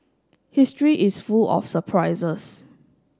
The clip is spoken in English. history is full of surprises